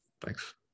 Thanks